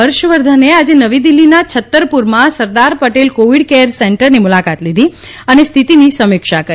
હર્ષવર્ધને આજે નવી દિલ્હીના છત્તરપુરમાં સરદાર પટેલ કોવિડ કેર સેન્ટરની મુલાકાત લીધી અને સ્થિતિની સમીક્ષા કરી